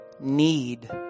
need